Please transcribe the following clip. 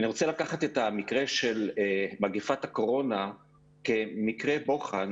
ואני רוצה לקחת את המקרה של מגפת הקורונה כמקרה בוחן